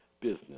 business